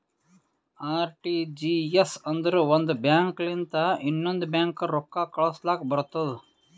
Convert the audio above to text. RTGS ಅಂದುರ್ ಒಂದ್ bank ಲಿಂತ ಇನ್ನೊಂದ್ ಬ್ಯಾಂಕ್ಗ ರೊಕ್ಕಾ ಕಳುಸ್ಲಾಕ್ ಬರ್ತುದ್